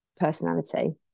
personality